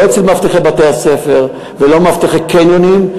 לא אצל מאבטחי בתי-הספר ולא אצל מאבטחי קניונים.